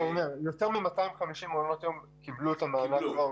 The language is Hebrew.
יותר מ-250 מעונות יום קיבלו את המענק.